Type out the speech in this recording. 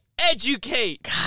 Educate